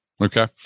Okay